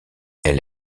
elle